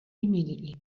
immediately